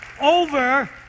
over